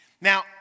Now